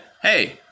hey